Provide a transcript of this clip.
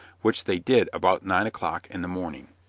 which they did about nine o'clock in the morning.